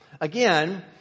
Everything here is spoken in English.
Again